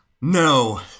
No